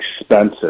expensive